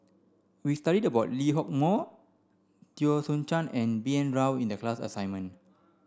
we studied about Lee Hock Moh Teo Soon Chuan and B N Rao in the class assignment